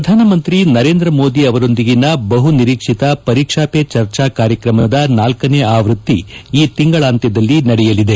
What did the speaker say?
ಪ್ರಧಾನಮಂತ್ರಿ ನರೇಂದ್ರ ಮೋದಿ ಅವರೊಂದಿಗಿನ ಬಹು ನಿರೀಕ್ಷಿತ ಪರೀಕ್ಷಾ ಪೇ ಚರ್ಚಾ ಕಾರ್ಯಕ್ರಮದ ನಾಲ್ಕನೇ ಅವೃತ್ತಿ ಈ ತಿಂಗಳಾಂತ್ಯದಲ್ಲಿ ನಡೆಯಲಿದೆ